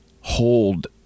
hold